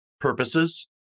purposes